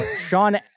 Sean